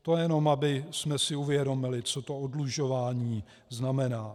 To jenom abychom si uvědomili, co to oddlužování znamená.